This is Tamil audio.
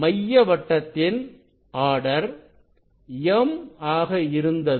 மைய வட்டத்தின் ஆர்டர் m ஆக இருந்தது